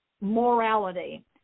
morality